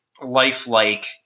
lifelike